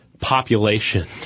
population